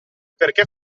perché